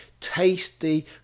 tasty